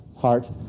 heart